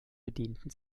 bedienten